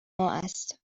است